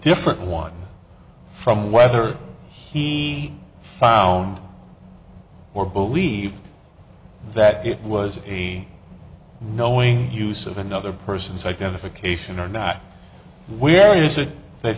different one from whether he found or believed that it was he knowing use of another person's identification or not where you said that